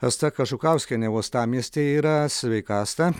asta kažukauskienė uostamiestyje yra sveika asta